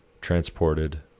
transported